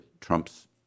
Trump's